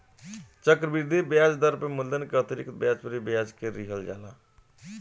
चक्रवृद्धि ब्याज दर में मूलधन के अतिरिक्त ब्याज पर भी ब्याज के लिहल जाला